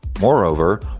Moreover